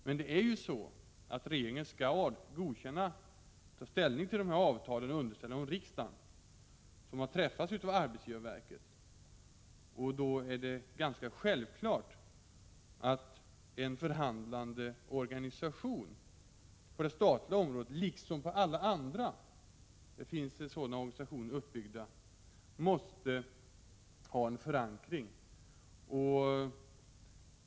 Men det är ju så, att regeringen skall godkänna, ta ställning till, de avtal som träffats av arbetsgivarverket och som sedan skall underställas riksdagen. Därför är det ganska självklart att en förhandlande organisation på det statliga området — liksom på alla andra områden, för det finns ju också andra organisationer — måste ha en förankring.